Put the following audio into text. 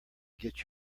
get